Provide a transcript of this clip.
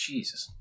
Jesus